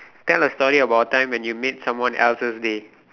tell a story about a time when you made someone else's day